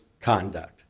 conduct